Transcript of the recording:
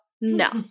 No